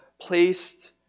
placed